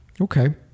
Okay